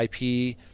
ip